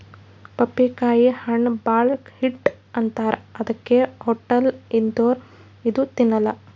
ಪಪ್ಪಿಕಾಯಿ ಹಣ್ಣ್ ಭಾಳ್ ಹೀಟ್ ಅಂತಾರ್ ಅದಕ್ಕೆ ಹೊಟ್ಟಲ್ ಇದ್ದೋರ್ ಇದು ತಿನ್ನಲ್ಲಾ